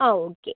ആ ഓക്കെ